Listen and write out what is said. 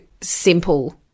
simple